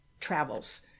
travels